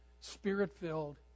spirit-filled